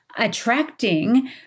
attracting